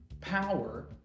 power